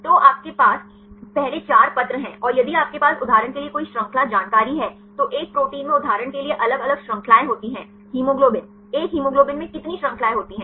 तो आपके पास पहले 4 पत्र हैं और यदि आपके पास उदाहरण के लिए कोई श्रृंखला जानकारी है तो एक प्रोटीन में उदाहरण के लिए अलग अलग श्रृंखलाएं होती हैं हीमोग्लोबिन एक हीमोग्लोबिन में कितनी श्रृंखलाएं होती हैं